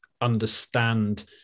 understand